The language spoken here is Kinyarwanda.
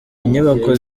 inyubako